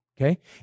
okay